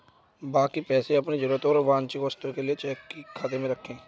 बाकी पैसे अपनी जरूरत और वांछित वस्तुओं के लिए चेकिंग खाते में रखें